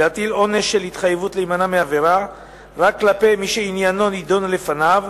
להטיל עונש של התחייבות להימנע מעבירה רק כלפי מי שעניינו נדון לפניו,